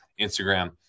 Instagram